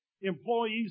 employees